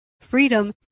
freedom